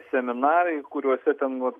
seminarai kuriuose ten vat